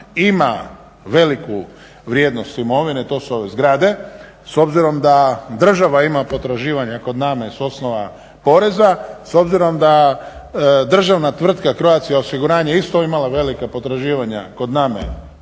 ima veliku vrijednost imovine to su ove zgrade s obzirom da država ima potraživanja kod NAMA-e s osnova poreza s obzirom da državna Tvrtka Croatia osiguranje isto imala velika potraživanja kod